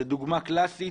זו דוגמה קלאסית.